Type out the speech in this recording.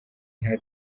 nta